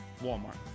Walmart